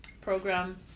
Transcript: program